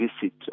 visit